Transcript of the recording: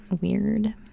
weird